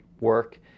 work